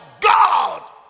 God